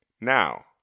Now